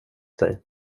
dig